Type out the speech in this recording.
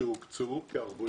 שקלים שהוקצו כערבויות.